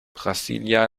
brasília